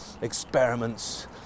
experiments